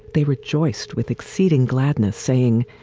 they rejoiced with exceeding gladness saying,